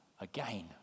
Again